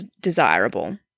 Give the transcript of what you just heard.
desirable